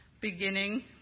beginning